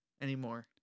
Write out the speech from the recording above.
anymore